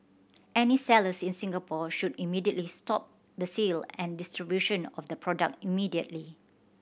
any sellers in Singapore should immediately stop the sale and distribution of the product immediately